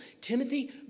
Timothy